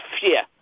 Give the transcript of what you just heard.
fear